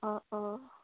অঁ অঁ